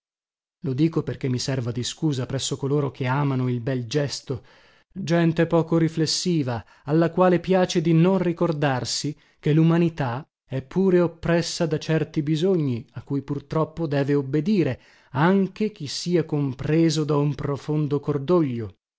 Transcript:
lo dico perché mi serva di scusa presso coloro che amano il bel gesto gente poco riflessiva alla quale piace di non ricordarsi che lumanità è pure oppressa da certi bisogni a cui purtroppo deve obbedire anche chi sia compreso da un profondo cordoglio